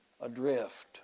adrift